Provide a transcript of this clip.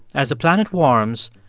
as the planet warms,